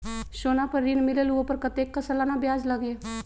सोना पर ऋण मिलेलु ओपर कतेक के सालाना ब्याज लगे?